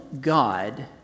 God